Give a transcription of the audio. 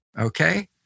Okay